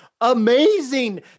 amazing